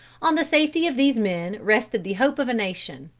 on the safety of these men rested the hope of a nation.